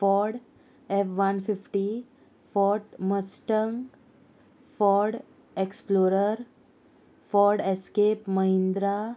ford F one fifty fort mustang ford explore ford escape Mahindra